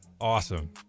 awesome